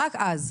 רק אז.